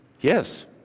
yes